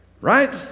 Right